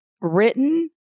written